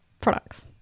products